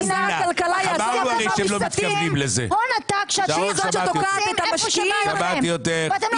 ודמעות- -- שמעתי אותך, שמעתי אותך,